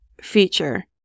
feature